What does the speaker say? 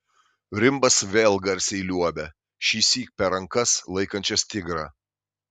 rimbas vėl garsiai liuobia šįsyk per rankas laikančias tigrą